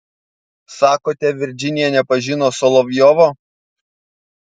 sakote virdžinija nepažino solovjovo